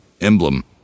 emblem